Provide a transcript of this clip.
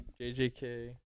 JJK